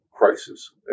crisis